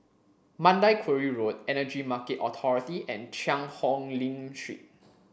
Mandai Quarry Road Energy Market Authority and Cheang Hong Lim Street